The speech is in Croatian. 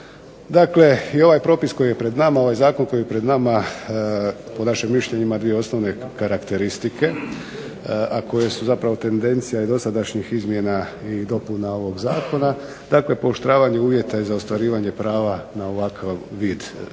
Dakle, i ovaj propis koji je pred nama, po našim mišljenjima ima dvije glavne karakteristike, a koje su zapravo tendencija dosadašnjih izmjena i dopuna ovog Zakona, dakle pooštravanje uvjeta za ostvarivanje prava na ovakav vid